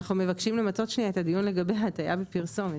אנחנו מבקשים למצות את הדיון לגבי ההטעיה בפרסומת,